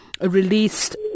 released